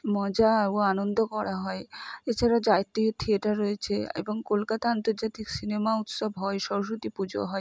মজা ও আনন্দ করা হয় এছাড়া জাতীয় থিয়েটার রয়েছে এবং কলকাতা আন্তর্জাতিক সিনেমা উৎসব হয় সরস্বতী পুজো হয়